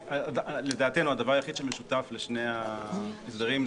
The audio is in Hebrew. הדבר היחיד שמשותף לשני ההסדרים,